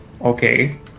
Okay